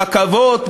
ברכבות,